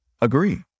agree